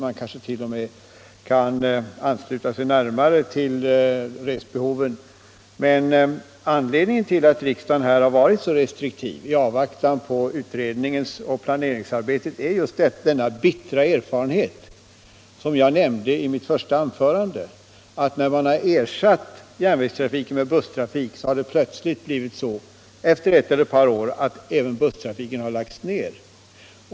Man kanske t.o.m. kan anpassa trafikmängden närmare till resebehoven. Men anledningen till att riksdagen varit så restriktiv i avvaktan på utredningsoch planeringsarbetet är just den bittra erfarenhet jag nämnde i mitt första anförande, nämligen att när järnvägstrafiken ersatts med busstrafik har det plötsligt, efter ett eller ett par år, blivit så att även busstrafiken lagts ned.